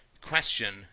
question